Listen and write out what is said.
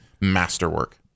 masterwork